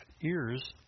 ears